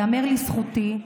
ייאמר לזכותי,